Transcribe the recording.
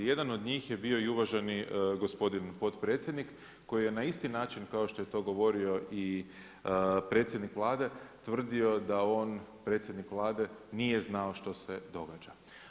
Jedan od njih je bio i uvaženi gospodin potpredsjednik koji je na isti način kao što je to govorio i predsjednik Vlade tvrdio da on predsjednik Vlade nije znao što se događa.